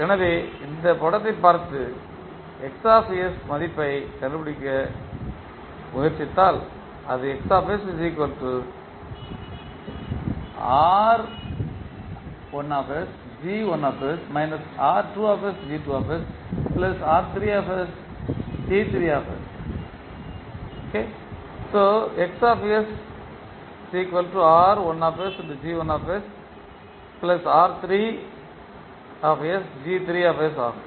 எனவே இந்த படத்தை பார்த்து மதிப்பைக் கண்டுபிடிக்க முயற்சித்தால் அது ஆகும்